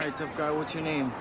right, tough guy, what's your name?